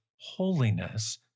holiness